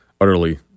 utterly